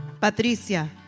Patricia